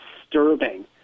disturbing